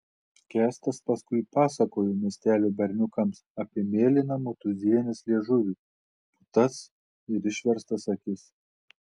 kęstas paskui pasakojo miestelio berniukams apie mėlyną motūzienės liežuvį putas ir išverstas akis